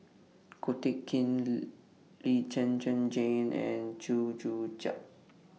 Ko Teck Kin Lee Zhen Zhen Jane and Chew Joo Chiat